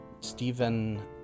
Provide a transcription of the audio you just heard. Stephen